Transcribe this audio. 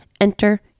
enter